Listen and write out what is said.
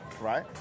Right